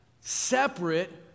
separate